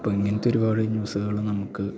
അപ്പം ഇങ്ങനെത്തെ ഒരുപാട് ന്യൂസ്കൾ നമുക്ക്